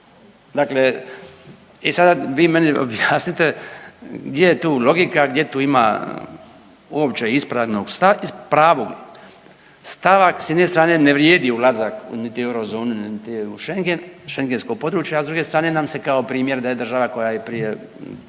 Dakle i sada vi meni objasnite gdje je tu logika, gdje tu ima uopće ispravnog .../nerazumljivo/... pravog stava ako s jedne strane ne vrijedi ulazak niti u eurozonu niti u Schengen, šengensko područje, a s druge strane nam se kao primjer daje država koja je prije